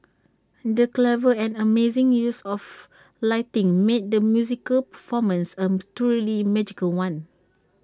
the clever and amazing use of lighting made the musical performance am truly magical one